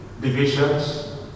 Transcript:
Divisions